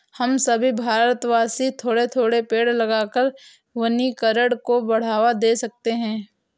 हम सभी भारतवासी थोड़े थोड़े पेड़ लगाकर वनीकरण को बढ़ावा दे सकते हैं